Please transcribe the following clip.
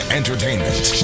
entertainment